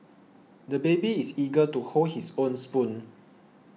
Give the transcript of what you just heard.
the baby is eager to hold his own spoon